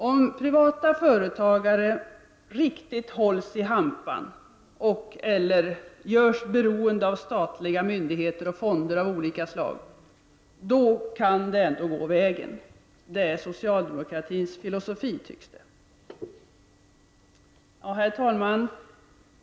Om privata företagare riktigt hålls i hampan eller görs beroende av statliga myndigheter och fonder av olika slag, då kan det ändå gå vägen. Det är socialdemokratins filosofi, tycks det. Herr talman!